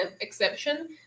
exception